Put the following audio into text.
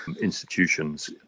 institutions